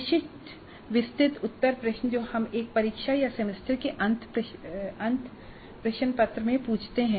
विशिष्ट विस्तृत उत्तर प्रश्न जो हम एक परीक्षा या सेमेस्टर के अंत प्रश्न पत्र में पूछते हैं